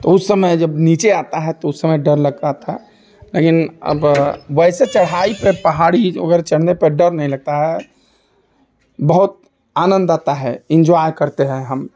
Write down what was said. तो उस समय जब नीचे आता है तो उस समय डर लगता था लेकिन अब वैसे चढ़ाई पर पहाड़ी ओगैर चढ़ने पर डर नहीं लगता है बहुत आनंद आता है एन्जॉय करते हैं हम